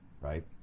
right